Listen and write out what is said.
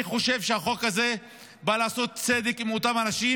אני חושב שהחוק הזה בא לעשות צדק עם אותם אנשים